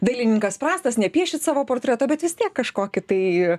dailininkas prastas nepiešit savo portreto bet vis tiek kažkokį tai